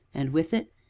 and, with it,